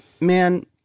man